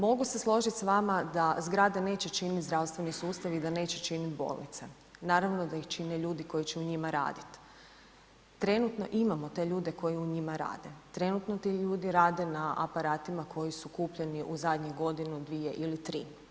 Mogu se složiti s vama da zgrade neće činiti zdravstveni sustav i da neće činiti bolnice, naravno da ih čine ljudi koji će u njima raditi. trenutno imamo te ljude koji u njima rade, trenutno ti ljudi rade na aparatima koji su kupljeni u zadnju godinu, dvije ili tri.